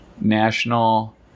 National